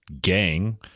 gang